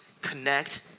connect